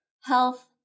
health